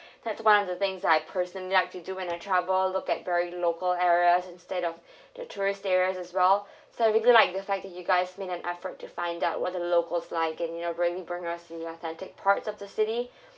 that's one of things that I personally like to do when I travel look at very local areas instead of the tourist areas as well so I really like the fact that you guys made an effort to find out what the locals like and you know really bring us to authentic parts of the city